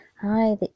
hi